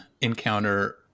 encounter